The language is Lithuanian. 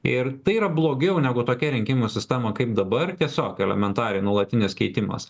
ir tai yra blogiau negu tokia rinkimų sistema kaip dabar tiesiog elementariai nuolatinis keitimas